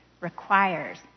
requires